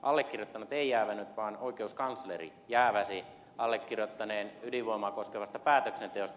allekirjoittanut ei jäävännyt vaan oikeuskansleri jääväsi allekirjoittaneen ydinvoimaa koskevasta päätöksenteosta